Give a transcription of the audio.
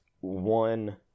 one